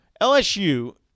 LSU